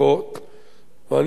אבל אני מבקש שתאמין לי,